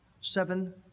seven